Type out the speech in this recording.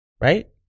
right